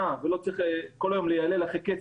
ולא צריך כל היום לילל ולרדוף אחרי כסף.